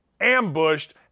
ambushed